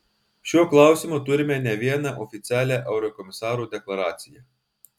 šiuo klausimu turime ne vieną oficialią eurokomisarų deklaraciją